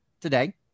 today